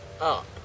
up